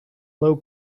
low